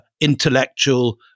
intellectual